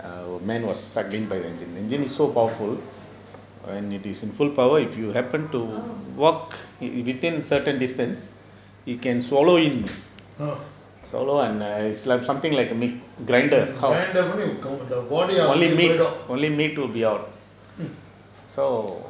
oh ah grinder பண்ணி:panni body out பண்ணி போய்டும்:panni poidum hmm